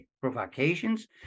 provocations